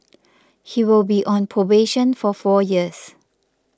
he will be on probation for four years